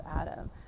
Adam